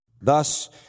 Thus